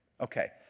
Okay